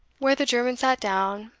where the german sat down,